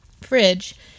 fridge